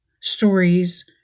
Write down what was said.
stories